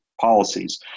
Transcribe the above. policies